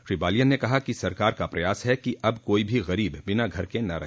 श्री बालियान ने कहा कि सरकार का प्रयास है कि अब कोई भी गरीब बिना घर के न रहे